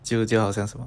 就就好像什么